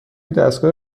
دستگاه